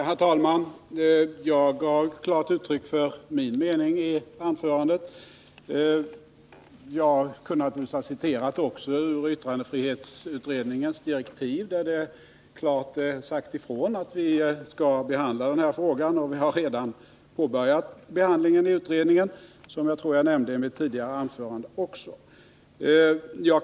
Herr talman! Jag gav klart uttryck för min mening i mitt anförande. Jag kunde naturligtvis också ha citerat ur yttrandefrihetsutredningens direktiv, där det klart sägs ifrån att vi skall behandla den här frågan. Vi har redan börjat behandlingen i utredningen, som jag tror jag också nämnde i mitt tidigare anförande.